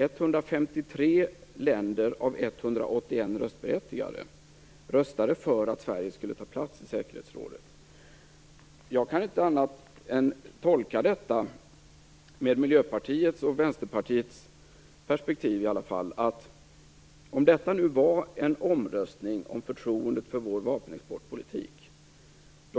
153 länder av Jag kan inte annat än tolka detta så, i alla fall med tanke på Miljöpartiets och Vänsterpartiets perspektiv, att om det var en omröstning om förtroendet för vår vapenexportpolitik